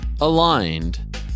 aligned